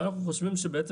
ואנחנו חושבים שבעצם,